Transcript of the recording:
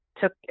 took